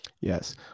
Yes